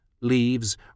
Leaves